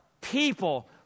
people